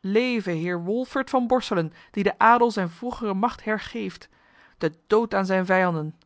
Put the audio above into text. leve heer wolfert van borselen die den adel zijne vroegere macht hergeeft den dood aan zijne vijanden